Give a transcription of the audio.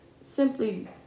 simply